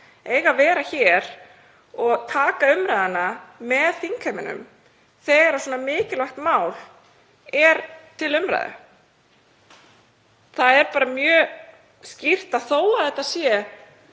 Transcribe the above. eigi að vera hér og taka umræðuna með þingheimi þegar svona mikilvægt mál er til umræðu. Það er bara mjög skýrt að þó að þetta séu